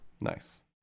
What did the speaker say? nice